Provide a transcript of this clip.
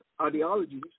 ideologies